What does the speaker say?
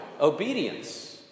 obedience